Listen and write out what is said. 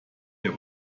der